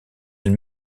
elle